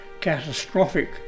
catastrophic